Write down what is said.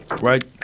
Right